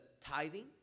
tithing